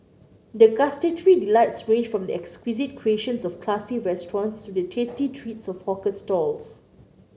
the gustatory delights range from the exquisite creations of classy restaurants to the tasty treats of hawker stalls